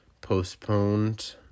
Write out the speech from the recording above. postponed